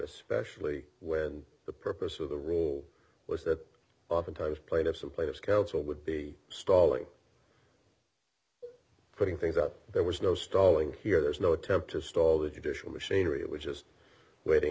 especially when the purpose of the role was that oftentimes played up so players council would be stalling putting things up there was no stalling here there's no attempt to stall the judicial machinery it was just waiting